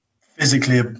Physically